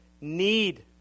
need